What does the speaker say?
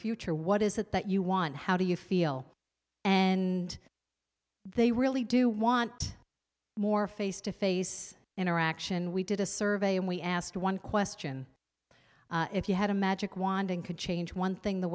future what is it that you want how do you feel and they really do want more face to face interaction we did a survey and we asked one question if you had a magic wand and could change one thing the